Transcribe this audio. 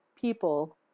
people